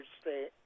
State